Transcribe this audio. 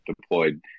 deployed